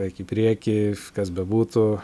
eik į priekį kas bebūtų